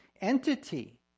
entity